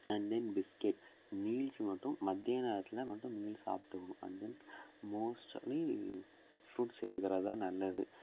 and then biscuit meals மட்டும் மதிய நேரத்தில் மட்டும் மீல்ஸ் சாப்பிட்டுக்கணும் அண்ட் தென் மோஸ்ட்டலி ஃப்ரூட்ஸ் சேர்த்துக்கறதுதான் நல்லது